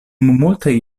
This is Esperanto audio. multaj